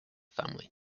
family